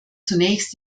zunächst